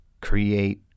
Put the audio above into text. create